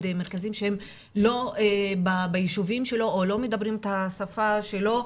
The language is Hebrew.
מרכזים שהם לא ביישובים שלו או לא מדברים את השפה שלו,